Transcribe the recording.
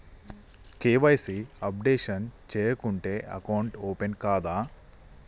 KYC updation చేయకుంటే account open కాదా?